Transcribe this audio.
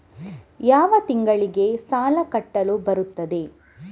ಯಾವ ತಿಂಗಳಿಗೆ ಸಾಲ ಕಟ್ಟಲು ಬರುತ್ತದೆ?